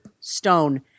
Stone